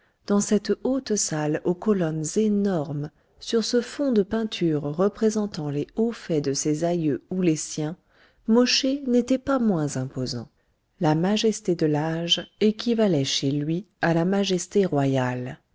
dans cette haute salle aux colonnes énormes sur ce fond de peinture représentant les hauts faits de ses aïeux ou les siens mosché n'était pas moins imposant la majesté de l'âge équivalait chez lui à la majesté royale